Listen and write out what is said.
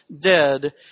dead